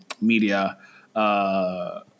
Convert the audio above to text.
media